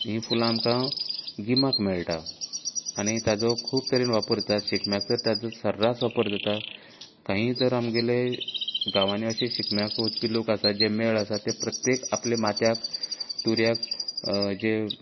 ही फुलां आमकां गिमांत मेळटा आनी ताचो खूब तरेन वापर जाता शिगम्यांक तर ताचो सर्रास वापर जाता कांय तर आमगेले गांवांनी अशें शिगम्यांक वचपी लोक आसा जे मेळ आसात ते प्रत्येक आपल्या माथ्यांक तुऱ्यांक जे